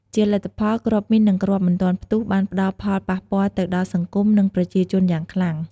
ជាលទ្ធផល គ្រាប់មីន និងគ្រាប់មិនទាន់ផ្ទុះ បានផ្តល់ផលប៉ះពាល់ទៅដល់ សង្គម និងប្រជាជនយ៉ាងខ្លាំង។